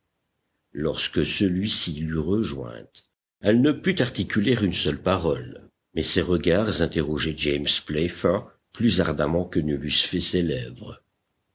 lorsque celui-ci l'eut rejointe elle ne put articuler une seule parole mais ses regards interrogeaient james playfair plus ardemment que ne l'eussent fait